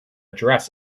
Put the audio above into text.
dress